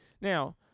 Now